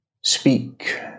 speak